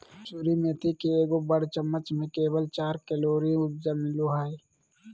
कसूरी मेथी के एगो बड़ चम्मच में केवल चार कैलोरी ऊर्जा मिलो हइ